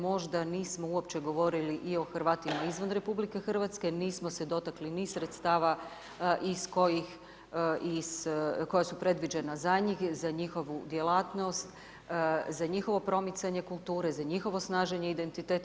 Možda nismo uopće govorili i o Hrvatima izvan Republike Hrvatske, nismo se dotakli ni sredstava iz kojih, koja su predviđena za njih, za njihovu djelatnost, za njihovo promicanje kulture, za njihovo snaženje identiteta.